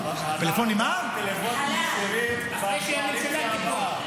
כדי שהממשלה תיפול.